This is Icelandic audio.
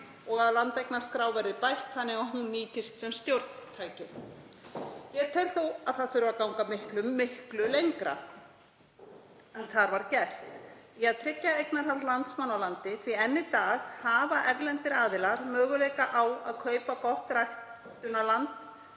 og að landeignaskrá verði bætt þannig að hún nýtist sem stjórntæki. Ég tel þó að ganga þurfi miklu lengra en þar var gert í að tryggja eignarhald landsmanna á landi því að enn í dag hafa erlendir aðilar möguleika á að kaupa gott ræktunarland,